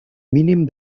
mínim